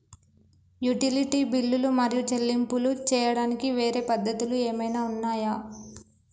Utility బిల్లులు మరియు చెల్లింపులు చేయడానికి వేరే పద్ధతులు ఏమైనా ఉన్నాయా?